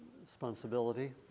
responsibility